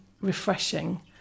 refreshing